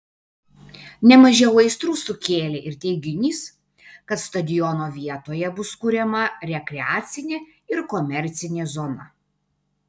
ne mažiau aistrų sukėlė ir teiginys kad stadiono vietoje bus kuriama rekreacinė ir komercinė zona